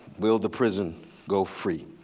will the prison go free.